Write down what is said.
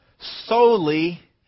Solely